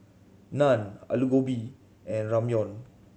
Naan Alu Gobi and Ramyeon